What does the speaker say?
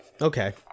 okay